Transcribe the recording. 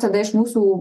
tada iš mūsų